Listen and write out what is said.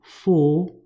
four